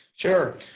Sure